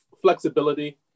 flexibility